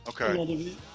Okay